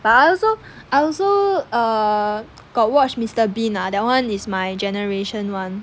but I also I also err got watch mister bean lah that [one] is my generation [one]